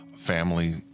Family